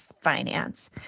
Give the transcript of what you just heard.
finance